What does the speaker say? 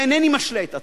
ואינני משלה את עצמי.